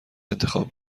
انتخاب